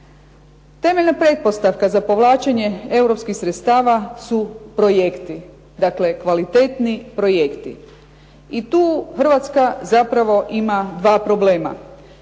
Temeljna pretpostavka za povlačenje europskih sredstava su projekti, dakle kvalitetni projekti. I tu Hrvatska zapravo ima dva problema.